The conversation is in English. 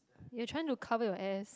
you're trying to cover your ass